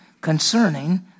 concerning